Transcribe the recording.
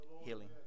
healing